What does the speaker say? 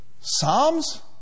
Psalms